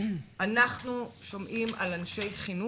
אנחנו שומעים על אנשי חינוך,